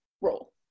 role